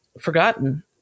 forgotten